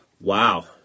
Wow